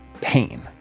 pain